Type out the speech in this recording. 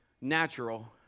natural